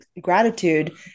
gratitude